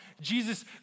Jesus